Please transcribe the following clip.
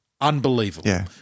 Unbelievable